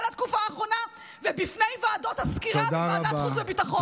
התקופה האחרונה ובפני ועדות הסקירה בוועדת החוץ והביטחון.